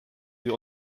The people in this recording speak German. sie